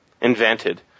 invented